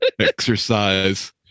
exercise